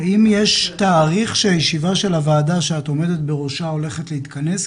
האם יש תאריך שהישיבה של הוועדה שאת עומדת בראשה הולכת להתכנס?